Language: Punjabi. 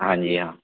ਹਾਂਜੀ ਹਾਂ